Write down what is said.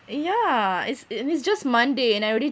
yeah it's and it's just monday and I already